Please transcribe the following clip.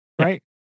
right